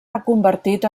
reconvertit